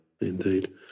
Indeed